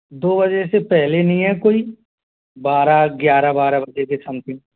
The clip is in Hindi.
दो बजे से पहले नहीं है कोई बारह ग्यारह बारह बजे के समथिंग